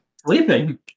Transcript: Sleeping